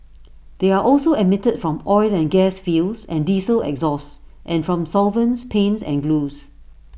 they are also emitted from oil and gas fields and diesel exhaust and from solvents paints and glues